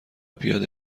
پیاده